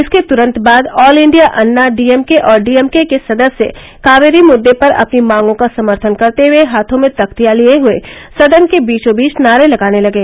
इसके तुरंत बाद ऑल इंडिया अन्ना डीएमके और डीएमके सदस्य कावेरी मुद्दे पर अपनी मांगों का समर्थन करते हुए हाथों में तख्तियां लिए हुए सदन के बीचोंबीच नारे लगाने लगे